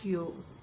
thank you